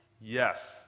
Yes